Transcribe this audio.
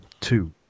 two